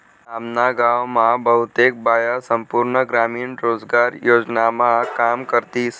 आम्ना गाव मा बहुतेक बाया संपूर्ण ग्रामीण रोजगार योजनामा काम करतीस